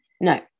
no